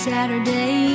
Saturday